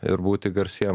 ir būti garsiem